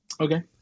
Okay